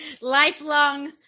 lifelong